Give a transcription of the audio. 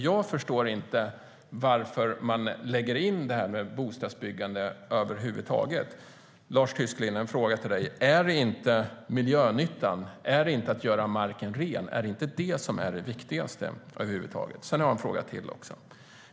Jag förstår inte varför man tar in frågan om bostadsbyggande över huvud taget. Jag har en fråga till Lars Tysklind. Är inte miljönyttan, att göra marken ren, det viktigaste? Jag har ännu en fråga.